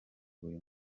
buri